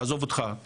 תעזוב אותך,